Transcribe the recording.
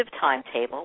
timetable